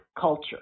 culture